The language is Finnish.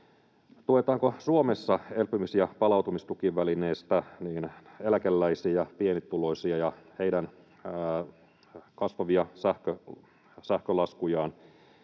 tuetaanko Suomessa elpymis- ja palautumistukivälineestä eläkeläisiä ja pienituloisia ja heidän kasvavia sähkölaskujaan,